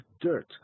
dirt